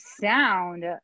sound